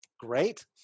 Great